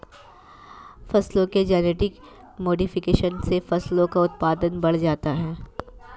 फसलों के genetic modification से फसलों का उत्पादन बढ़ जाता है